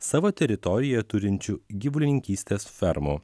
savo teritorijoj turinčių gyvulininkystės fermų